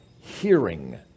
hearing